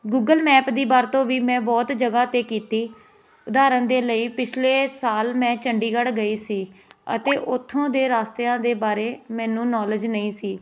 Google map ਦੀ ਵਰਤੋਂ ਵੀ ਮੈਂ ਬਹੁਤ ਜਗ੍ਹਾ 'ਤੇ ਕੀਤੀ ਉਦਾਹਰਨ ਦੇ ਲਈ ਪਿਛਲੇ ਸਾਲ ਮੈਂ ਚੰਡੀਗੜ੍ਹ ਗਈ ਸੀ ਅਤੇ ਉੱਥੋਂ ਦੇ ਰਸਤਿਆਂ ਦੇ ਬਾਰੇ ਮੈਨੂੰ ਨੋਲੇਜ ਨਹੀਂ ਸੀ